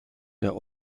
der